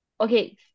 okay